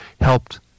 helped